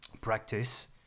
practice